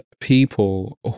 people